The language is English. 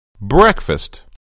Breakfast